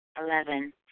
Eleven